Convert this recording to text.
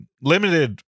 limited